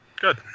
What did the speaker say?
Good